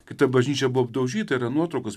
kad ta bažnyčia buvo apdaužyta yra nuotraukos